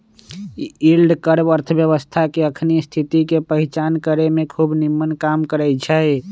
yield curve अर्थव्यवस्था के अखनी स्थिति के पहीचान करेमें खूब निम्मन काम करै छै